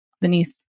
beneath